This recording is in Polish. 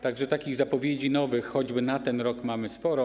Tak że takich zapowiedzi nowych muzeów, choćby na ten rok, mamy sporo.